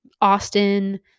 Austin